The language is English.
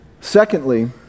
Secondly